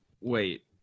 wait